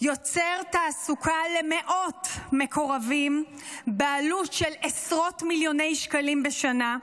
שיוצר תעסוקה למאות מקורבים בעלות של עשרות מיליוני שקלים בשנה,